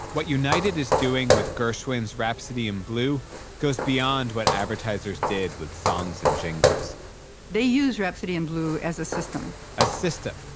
what united is doing with gershwin's rhapsody in blue goes beyond what advertisers did with songs and jingles they use rhapsody in blue as a system a system.